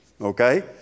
Okay